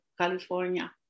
California